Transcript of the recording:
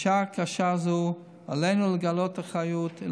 בשעה קשה זו עלינו לגלות אחריות,